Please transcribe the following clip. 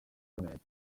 pyramid